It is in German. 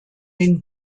den